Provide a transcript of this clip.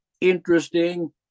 interesting